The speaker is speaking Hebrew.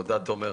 תודה, תומר.